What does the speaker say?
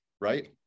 right